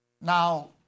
Now